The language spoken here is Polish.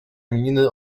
imieniny